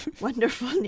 wonderful